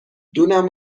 دونم